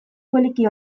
poliki